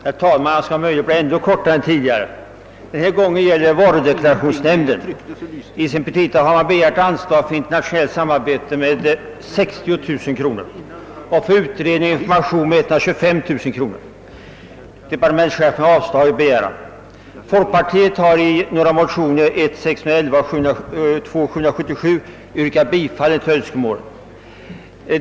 Herr talman! Mitt anförande skall bli om möjligt ännu kortare än det förra. Denna gång gäller det varudeklarationsnämnden. I sina petita har nämnden begärt anslag för internationellt samarbete med 60 000 kronor och för utredning och information med 125 000 kronor. Departementschefen har inte funnit sig kunna biträda detta förslag. Från folkpartihåll har i motionsparet I: 611 och II:777 yrkats bifall till varudeklarationsnämndens = framställning.